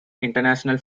international